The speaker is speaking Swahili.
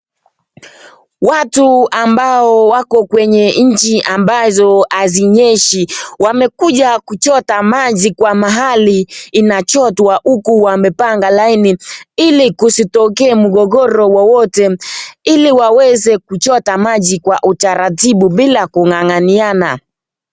Watu ambao wako kwenye nchi ambazo hazinyeshi wamekuja kuchota maji kwa mahali inachotwa huku wamepanga laini ili kusitokee mgogoro wowote ili waweze kuchota maji kwa utaratibu bila kung'ang'aniana.